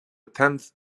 tenth